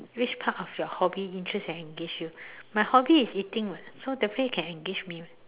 which part of your hobby interest can engage you my hobby is eating [what] so definitely can engage me [one]